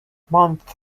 month